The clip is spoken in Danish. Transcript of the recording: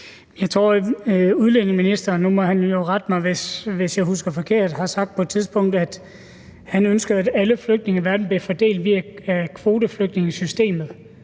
jeg husker forkert – har sagt på et tidspunkt, at han ønsker, at alle flygtninge i verden bliver fordelt via kvoteflygtningesystemet,